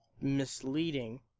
misleading